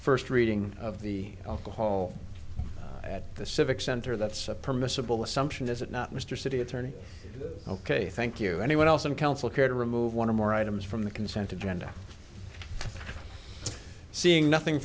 first reading of the alcohol at the civic center that's a permissible assumption is it not mr city attorney ok thank you anyone else on council care to remove one or more items from the consent agenda seeing nothing